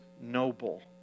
noble